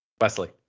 Wesley